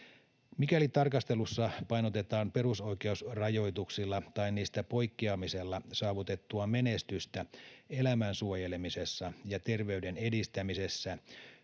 Mikäli tarkastelussa painotetaan perusoikeusrajoituksilla tai niistä poikkeamisella saavutettua menestystä elämän suojelemisessa ja terveyden edistämisessä,